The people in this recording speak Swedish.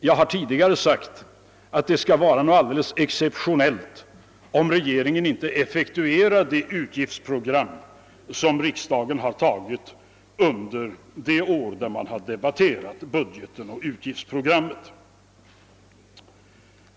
Jag har tidigare sagt att det skulle vara något alldeles exceptionellt om regeringen inte effektuerade det utgiftsprogram som riksdagen har antagit under det år för vilket man har debatterat budgeten och utgiftsprogrammet.